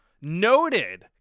noted